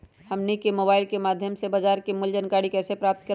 हमनी के मोबाइल के माध्यम से बाजार मूल्य के जानकारी कैसे प्राप्त करवाई?